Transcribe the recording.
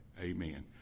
Amen